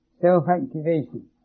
Self-activation